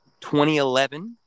2011